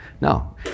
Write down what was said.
No